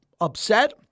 upset